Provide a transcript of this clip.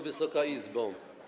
Wysoka Izbo!